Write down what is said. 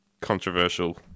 controversial